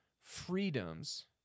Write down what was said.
freedoms